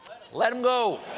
let him go.